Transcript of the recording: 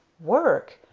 work!